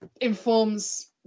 informs